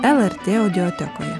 lrt audiotekoje